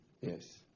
Yes